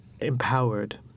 empowered